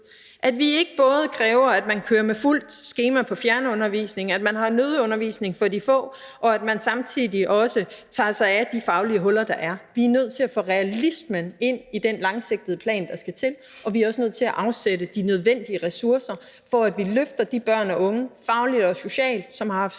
at vi ikke både kræver, at man kører med fuldt skema på fjernundervisning, at man har nødundervisning for de få, og at man samtidig også tager sig af de faglige huller, der er. Vi er nødt til at få realismen ind i den langsigtede plan, der skal til, og vi er også nødt til at afsætte de nødvendige ressourcer, for at vi løfter de børn og unge fagligt og socialt, som